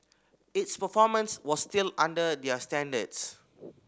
its performance was still under their standards